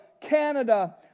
Canada